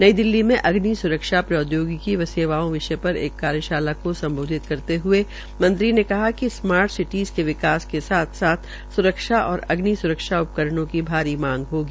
नई दिल्ली में अग्नि में अग्नि स्रक्षा प्रौदयोगिकी व सेवाओं विषय पर एक कार्यशाला को संम्बोधित करते हये मंत्री ने कहा कि स्मार्ट सिटीज के विकास के साथ स्रक्षा और अग्नि स्रक्षा उपकरणों की भारी मांग होगी